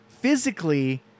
physically